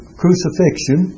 crucifixion